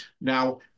Now